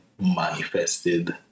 manifested